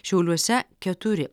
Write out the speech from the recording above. šiauliuose keturi